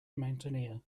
mountaineer